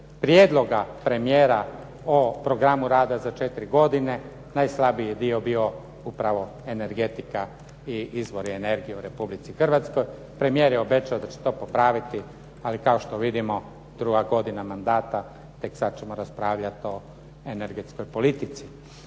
prijedloga premijera o programu rada za 4 godine najslabiji je dio bio upravo energetika i izvori energije u Republici Hrvatskoj. Premijer je obećao da će to popraviti, ali kao što vidimo, druga godina mandata, tek sad ćemo raspravljati o energetskoj politici.